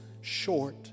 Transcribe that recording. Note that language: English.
short